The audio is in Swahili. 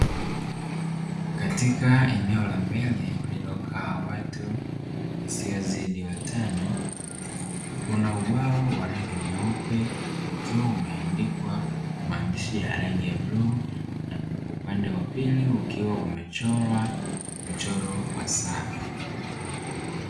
Katika eneo la mbele, walilokaa watu, wasiozidi watano. Kuna ubao wa rangi nyeupe ukiwa umeandikwa kwa maandishi ya rangi ya bluu, na upande wa pili ukiwa umechorwa mchoro wa saa.